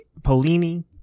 Polini